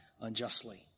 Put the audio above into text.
unjustly